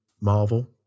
Marvel